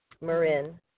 Marin